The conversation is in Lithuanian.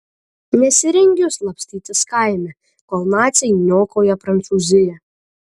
nesirengiu slapstytis kaime kol naciai niokoja prancūziją